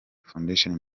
foundation